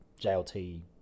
JLT